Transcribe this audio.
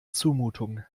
zumutung